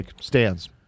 stands